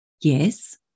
Yes